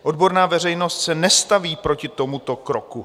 Odborná veřejnost se nestaví proti tomuto kroku.